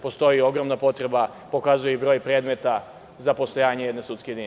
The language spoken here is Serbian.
Postoji ogromna potreba, pokazuje i broj predmeta, za postojanje jedne sudske jedinice.